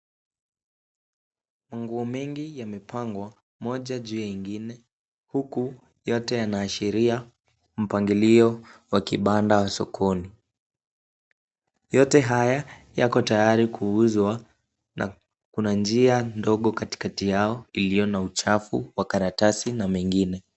Nguo mingi yamepangwa, moja juu ya ingine, huku yote yanaashiria mpangilio wa kibanda sokoni. Yote haya, yako tayari kuuzwa na kuna njia ndogo katikati yao iliyo na uchafu wa karatasi na mengine.